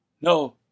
No